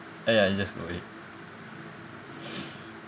ya ya you just go ahead